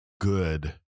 good